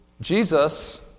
Jesus